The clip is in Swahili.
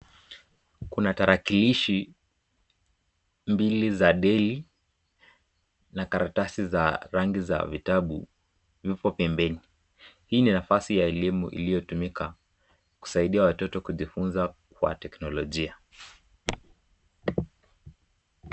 Kuna tarakilishi mbili za Delli na karatasi za rangi za vitabu yupo pembeni. Hii ni nafasi ya elimu iliyotumika kwa watoto kujifunza kwa teknolojia.